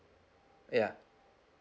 ya